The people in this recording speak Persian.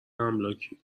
املاکی